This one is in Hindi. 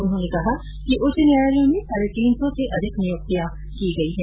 उन्होंने कहा कि उच्च न्यायालयों में साढ़े तीन सौ से अधिक नई नियुक्तियां की गई हैं